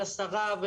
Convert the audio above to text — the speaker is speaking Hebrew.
לשרה,